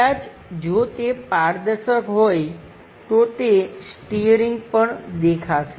કદાચ જો તે પારદર્શક હોય તો તે સ્ટીઅરિંગ પણ દેખાશે